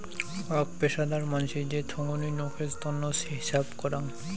আক পেশাদার মানসি যে থোঙনি নকের তন্ন হিছাব করাং